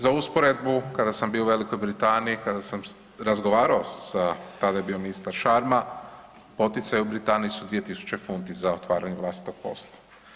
Za usporedbu kada sam bio u Velikoj Britaniji kada sam razgovarao tada je bio ministar Sharma poticaji u Britaniji su 2.000 funti za otvaranje vlastitog posla.